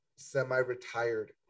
semi-retired